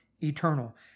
eternal